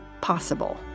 possible